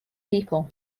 people